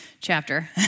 chapter